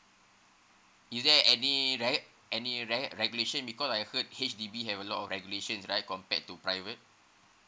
is there any re~ any re~ regulation because I heard H_D_B have a lot of regulation right compared to private